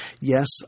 Yes